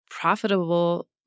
Profitable